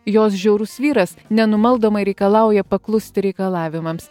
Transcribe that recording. jos žiaurus vyras nenumaldomai reikalauja paklusti reikalavimams